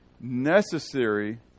Necessary